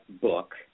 book